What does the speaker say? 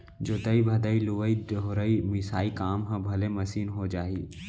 जोतइ भदई, लुवइ डोहरई, मिसाई काम ह भले मसीन हो जाही